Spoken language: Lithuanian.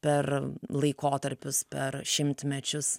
per laikotarpius per šimtmečius